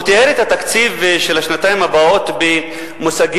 הוא תיאר את התקציב של השנתיים הבאות במושגים,